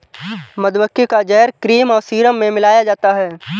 मधुमक्खी का जहर क्रीम और सीरम में मिलाया जाता है